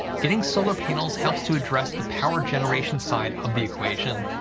getting solar panels helps to address the power generation side of the equation,